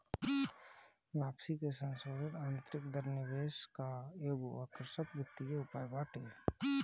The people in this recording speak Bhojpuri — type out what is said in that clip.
वापसी के संसोधित आतंरिक दर निवेश कअ एगो आकर्षक वित्तीय उपाय बाटे